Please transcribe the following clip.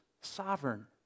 sovereign